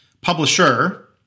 publisher